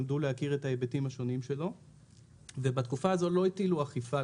למדו להכיר את ההיבטים השונים שלו ובתקופה הזאת לא הטילו אכיפה,